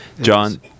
John